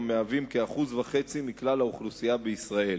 המהווים כ-1.5% מכלל האוכלוסייה בישראל.